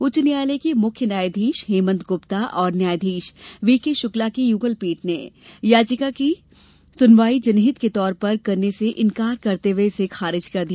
उच्च न्यायालय के मुख्य न्यायाधीश हेमंत गप्ता और न्यायाधीश वी के शुक्ला की यूगलपीठ ने याचिका की सुनवायी जनहित के तौर पर करने से इंकार करते हुए इसे खारिज कर दिया